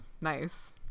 nice